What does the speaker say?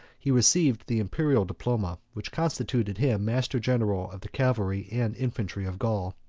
he received the imperial diploma, which constituted him master-general of the cavalry and infantry of gaul.